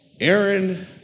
Aaron